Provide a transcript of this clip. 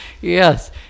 yes